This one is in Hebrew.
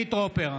חילי טרופר,